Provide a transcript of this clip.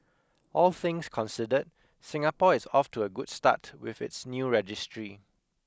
all things considered Singapore is off to a good start with its new registry